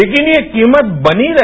लेकिन ये कीमत बनी रहे